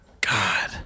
God